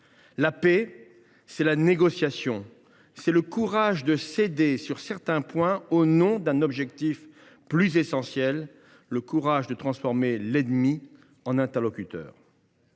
La paix, c’est la négociation, c’est le courage de céder sur certains points au nom d’un objectif plus essentiel, le courage de transformer l’ennemi en interlocuteur.